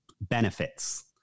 benefits